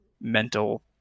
mental